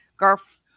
Garf